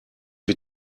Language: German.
ich